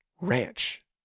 ranch